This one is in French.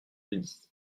denis